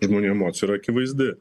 žmonių emocija yra akivaizdi